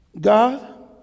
God